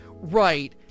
right